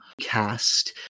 cast